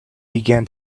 began